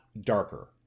darker